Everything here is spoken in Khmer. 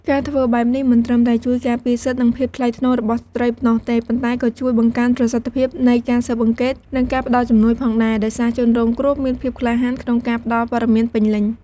ការធ្វើបែបនេះមិនត្រឹមតែជួយការពារសិទ្ធិ និងភាពថ្លៃថ្នូររបស់ស្ត្រីប៉ុណ្ណោះទេ ប៉ុន្តែក៏ជួយបង្កើនប្រសិទ្ធភាពនៃការស៊ើបអង្កេត និងការផ្តល់ជំនួយផងដែរ ដោយសារជនរងគ្រោះមានភាពក្លាហានក្នុងការផ្តល់ព័ត៌មានពេញលេញ។